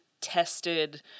tested